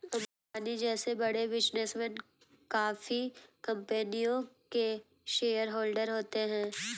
अंबानी जैसे बड़े बिजनेसमैन काफी कंपनियों के शेयरहोलडर होते हैं